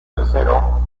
tercero